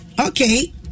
Okay